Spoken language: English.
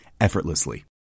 effortlessly